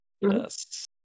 Yes